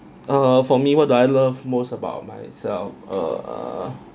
err for me what do I love most about myself err